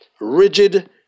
Rigid